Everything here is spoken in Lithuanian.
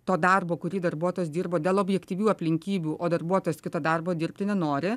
to darbo kurį darbuotojas dirbo dėl objektyvių aplinkybių o darbuotojas kito darbo dirbti nenori